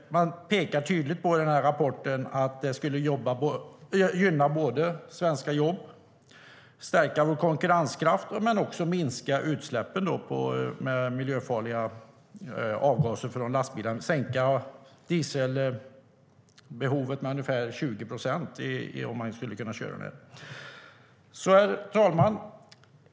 Man pekar i rapporten tydligt på att det skulle gynna svenska jobb, stärka vår konkurrenskraft och minska utsläppen av miljöfarliga avgaser från lastbilar om man skulle göra så här. Dieselbehovet skulle minska med ungefär 20 procent. Herr talman!